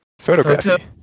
Photography